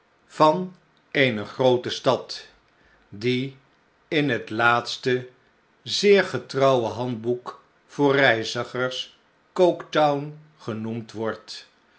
van eene groote stad die in het laatste zeer getrouwe handboek voor reizigers coketown genoemd wordt